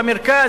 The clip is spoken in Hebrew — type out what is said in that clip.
במרכז,